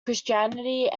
christianity